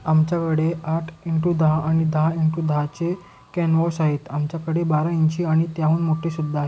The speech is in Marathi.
आमच्याकडे आठ इंटू दहा आणि दहा इंटू दहाचे कॅनवॉस आहेत आमच्याकडे बारा इंची आणि त्याहून मोठे सुद्धा आहेत